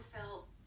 felt